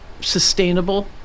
sustainable